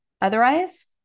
Otherwise